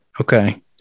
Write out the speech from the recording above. Okay